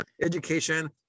education